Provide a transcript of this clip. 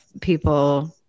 people